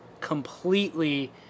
completely